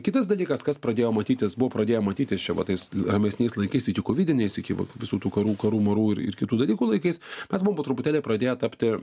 kitas dalykas kas pradėjo matytis buvo pradėję matytis čia va tais ramesniais laikais iki kovidiniais iki visų tų karų karų marų ir kitų dalykų laikais mes buvom po truputėlį pradėję tapti